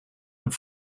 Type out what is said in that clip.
and